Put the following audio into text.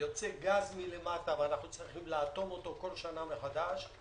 יוצא גז מלמטה ואנחנו צריכים לאטום אותו כל שנה מחדש.